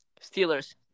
Steelers